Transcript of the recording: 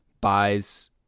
buys